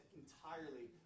entirely